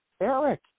Eric